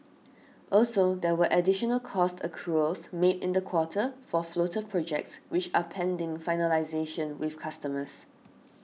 also there were additional cost accruals made in the quarter for floater projects which are pending finalisation with customers